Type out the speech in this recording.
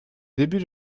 début